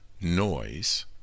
noise